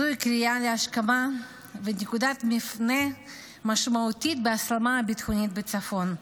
זוהי קריאה להשכמה ונקודת מפנה משמעותית בהסלמה הביטחונית בצפון,